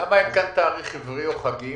למה אין כאן תאריך עברי או חגים?